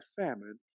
famine